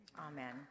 Amen